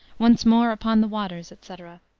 once more upon the waters, etc.